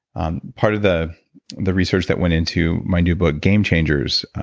um part of the the research that went into my new book, game changers,